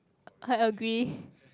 quite agree